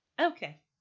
Okay